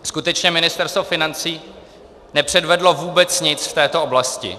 Skutečně Ministerstvo financí nepředvedlo vůbec nic z této oblasti.